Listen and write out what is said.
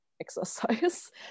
exercise